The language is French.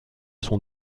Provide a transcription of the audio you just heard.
son